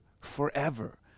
forever